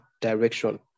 direction